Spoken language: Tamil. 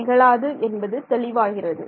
நிகழாது என்பது தெளிவாகிறது